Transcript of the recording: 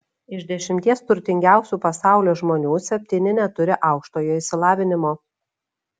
iš dešimties turtingiausių pasaulio žmonių septyni neturi aukštojo išsilavinimo